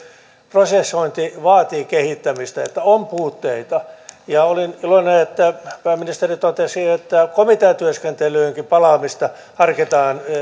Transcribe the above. prosessointi vaatii kehittämistä että on puutteita olin iloinen että pääministeri totesi että komiteatyöskentelyynkin palaamista harkitaan